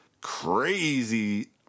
crazy